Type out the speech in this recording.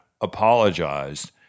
apologized